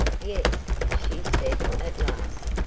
yes, she said, at last,